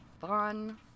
fun